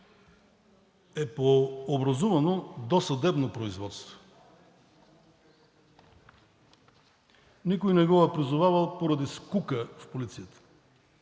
е по образувано досъдебно производство. Никой не го е призовавал поради скука в полицията.